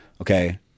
okay